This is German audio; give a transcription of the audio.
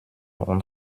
und